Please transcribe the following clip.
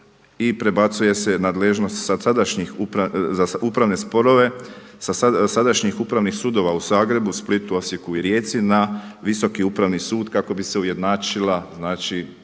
i prebacuje se nadležnost za upravne sporove sa sadašnjih upravnih sudova u Zagrebu, Splitu, Osijeku i Rijeci na Visoki upravni sud kako bi se ujednačila